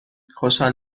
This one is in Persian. خوشحال